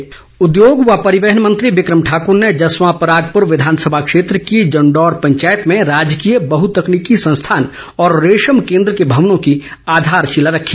become Thakur उद्योग व परिवहन मंत्री बिक्रम ठाकूर ने जसवां परागरपुर विधानसभा क्षेत्र की जंडौर पंचायत में राजकीय बहतकनीकी संस्थान और रेशम केन्द्र के भवनों की आधारशिला रखी